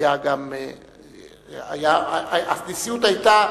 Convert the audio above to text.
הנשיאות היתה